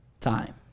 Time